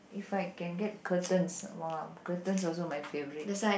if I can get curtains !wow! curtains also my favourite